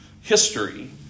history